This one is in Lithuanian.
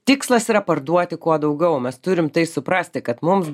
tikslas yra parduoti kuo daugiau mes turim tai suprasti kad mum